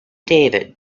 david